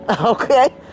okay